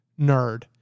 nerd